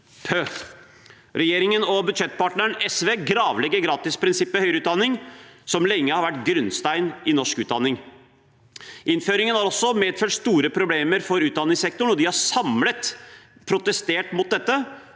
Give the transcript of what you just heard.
Regjeringen og budsjettpartneren SV gravlegger gratisprinsippet i høyere utdanning, som lenge har vært grunnsteinen i norsk utdanning. Innføringen har også medført store problemer for utdanningssektoren, og de har samlet protestert mot dette.